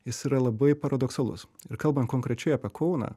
jis yra labai paradoksalus ir kalbant konkrečiai apie kauną